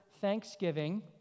Thanksgiving